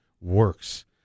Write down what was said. works